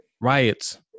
riots